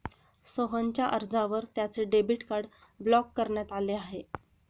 सोहनच्या अर्जावर त्याचे डेबिट कार्ड ब्लॉक करण्यात आले आहे